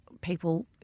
people